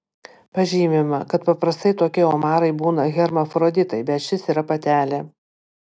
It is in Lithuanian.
pažymima kad paprastai tokie omarai būna hermafroditai bet šis yra patelė